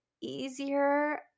easier